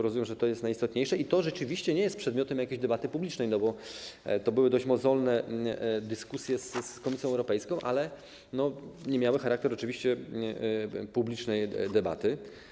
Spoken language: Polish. Rozumiem, że to jest najistotniejsze i to rzeczywiście nie jest przedmiotem jakiejś debaty publicznej, bo to były dość mozolne dyskusje z Komisją Europejską, ale nie miały one charakteru publicznej debaty.